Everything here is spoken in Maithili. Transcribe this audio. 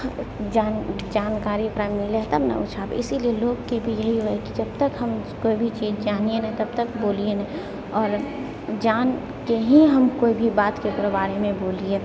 जानकरी ओकरा मिलै हइ तब ने ओ छापै हइ इसीलिए लोकके भी यही रहै कि जबतक हम कोइ भी चीज जानिए नहि तबतक बोलिए नहि आओर जानिकऽ ही हम कोइ भी बात ककरो बारेमे बोलिए